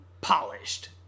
polished